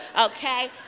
okay